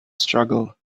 struggle